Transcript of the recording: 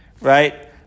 right